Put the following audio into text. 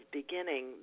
beginning